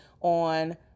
on